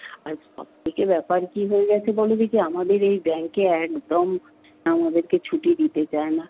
আর সব থেকে ব্যাপার কী হয়ে গেছে বলো দেখি আমাদের এই ব্যাংকে একদম আমাদেরকে ছুটি দিতে চায় না